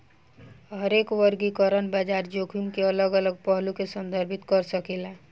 हरेक वर्गीकरण बाजार जोखिम के अलग अलग पहलू के संदर्भित कर सकेला